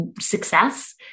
success